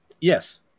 Yes